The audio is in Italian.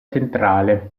centrale